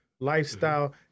Lifestyle